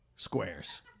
Squares